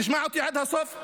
תשמע אותי עד הסוף,